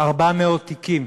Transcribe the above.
400 תיקים